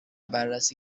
بررسی